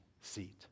seat